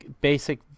basic